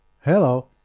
Hello